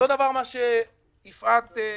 אותו דבר מה שיפעת העלתה: